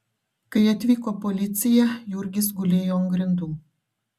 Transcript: kai atvyko policija jurgis gulėjo ant grindų